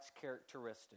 characteristics